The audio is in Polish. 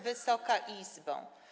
Wysoka Izbo!